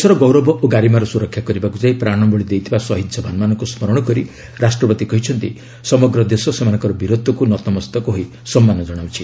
ଦେଶର ଗୌରବ ଓ ଗାରିମାର ସୁରକ୍ଷା କରିବାକୁ ଯାଇ ପ୍ରାଶବଳୀ ଦେଇଥିବା ସହିଦ୍ ଯବାନମାନଙ୍କୁ ସ୍କରଣ କରି ରାଷ୍ଟ୍ରପତି କହିଛନ୍ତି ସମଗ୍ର ଦେଶ ସେମାନଙ୍କର ବୀରତ୍ୱକୁ ନତମସ୍ତକ ହୋଇ ସମ୍ମାନ ଜଣାଉଛି